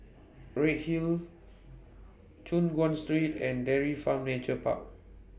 Redhill Choon Guan Street and Dairy Farm Nature Park